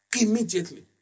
Immediately